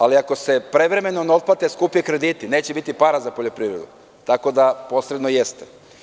Ali, ako se prevremeno ne otplate skupi krediti, neće biti para za poljoprivredu, tako da posredno jeste.